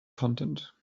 content